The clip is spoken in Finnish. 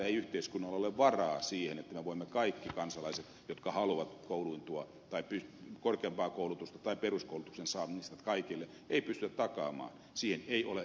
ei yhteiskunnalla ole varaa siihen että me kaikki kansalaiset jotka haluamme voimme kouluttautua tai korkeampaa koulutusta tai peruskoulutuksen saamista kaikille ei pystytä takaamaan siihen ei ole voimavaroja